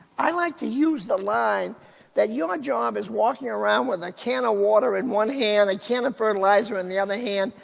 i like to use the line that your job is walking around with a can of water in one hand, a can of fertilizer in the other hand,